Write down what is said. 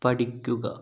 പഠിക്കുക